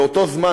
באותו זמן,